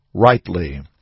rightly